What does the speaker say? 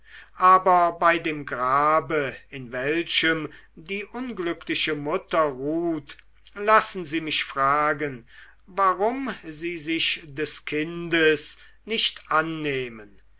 aber bei dem grabe in welchem die unglückliche mutter ruht lassen sie mich fragen warum sie sich des kindes nicht annehmen